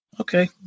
Okay